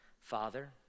Father